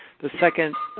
the second,